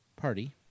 party